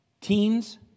Teens